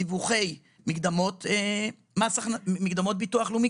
דיווחי מקדמות ביטוח לאומי.